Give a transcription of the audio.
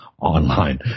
online